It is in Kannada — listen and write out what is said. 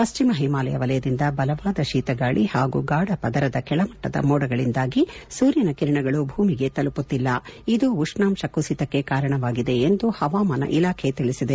ಪಶ್ಚಿಮ ಹಿಮಾಲಯ ವಲಯದಿಂದ ಬಲವಾದ ಶೀತಗಾಳಿ ಹಾಗೂ ಗಾಧ ಪದರದ ಕೆಳಮಟ್ಟದ ಮೋಡಗಳಿಂದಾಗಿ ಸೂರ್ಯನ ಕಿರಣಗಳು ಭೂಮಿಗೆ ತಲುಪುತ್ತಿಲ್ಲ ಇದು ಉಷ್ಲಾಂಶ ಕುಸಿತಕ್ಕೆ ಕಾರಣವಾಗಿದೆ ಎಂದು ಹವಾಮಾನ ಇಲಾಖೆ ತಿಳಿಸಿದೆ